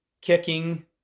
kicking